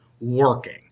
working